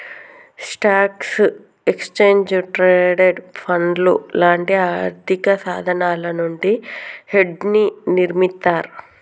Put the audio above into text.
స్టాక్లు, exchange traded ఫండ్లు లాంటి ఆర్థికసాధనాల నుండి హెడ్జ్ని నిర్మిత్తర్